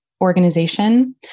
organization